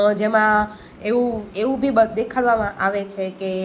જેમાં એવું એવું બી દેખાડવામાં આવે છે કે